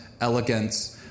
elegance